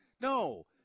No